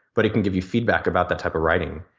but it can give you feedback about that type of writing.